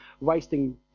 wasting